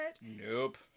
Nope